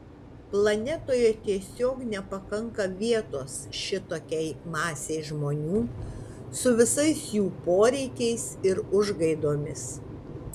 planetoje tiesiog nepakanka vietos šitokiai masei žmonių su visais jų poreikiais ir užgaidomis